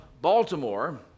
Baltimore